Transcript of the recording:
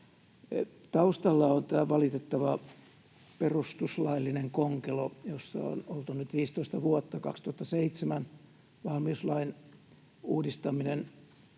Taustalla on tämä valitettava perustuslaillinen konkelo, jossa on oltu nyt 15 vuotta. 2007 valmiuslain uudistaminen